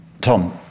Tom